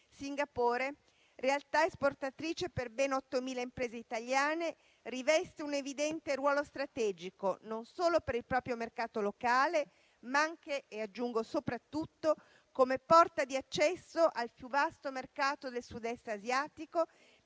Singapore, realtà esportatrice per ben 8.000 imprese italiane, riveste un evidente ruolo strategico non solo per il proprio mercato locale, ma anche - e aggiungo soprattutto - come porta d'accesso al più vasto mercato del Sud-Est asiatico